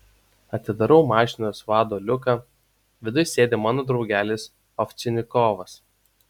atidarau mašinos vado liuką viduj sėdi mano draugelis ovčinikovas